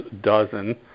Dozen